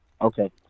Okay